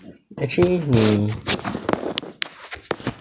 actually 你